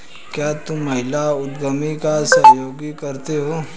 क्या तुम महिला उद्यमी का सहयोग करते हो?